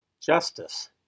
Justice